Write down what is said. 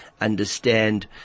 understand